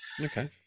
Okay